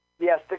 Yes